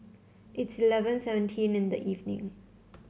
it's eleven seventeen in the evening